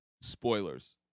Spoilers